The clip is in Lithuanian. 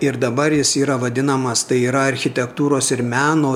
ir dabar jis yra vadinamas tai yra architektūros ir meno